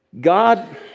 God